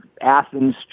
Athens